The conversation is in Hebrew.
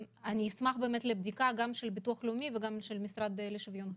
אשמח לבדיקה גם של הביטוח הלאומי וגם של המשרד לשוויון חברתי.